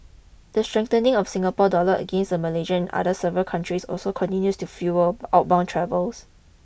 the strengthening of Singapore dollar against the Malaysian and several currencies also continues to fuel outbound travels